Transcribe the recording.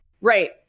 right